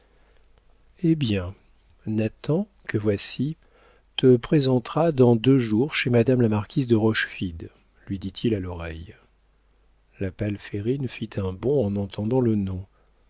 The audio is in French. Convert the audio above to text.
eh bien nathan que voici te présentera dans deux jours chez madame la marquise de rochefide lui dit-il à l'oreille la palférine fit un bond en entendant le nom